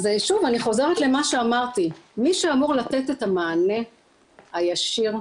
ואזרח לא פנה אליכם,